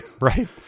Right